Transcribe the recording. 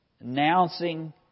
announcing